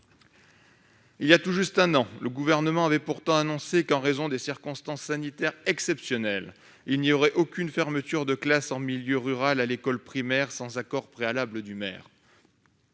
Il y a tout juste un an, le Gouvernement avait pourtant annoncé qu'en raison des circonstances sanitaires exceptionnelles il n'y aurait aucune fermeture de classe en milieu rural à l'école primaire sans l'accord préalable du maire.